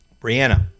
Brianna